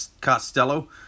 Costello